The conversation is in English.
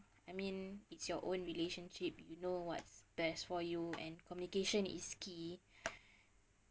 I mean it's your own relationship you know what's best for you and communication is key